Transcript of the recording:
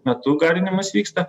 metu gaminimas vyksta